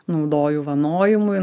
naudoju vanojimui